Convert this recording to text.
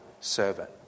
servant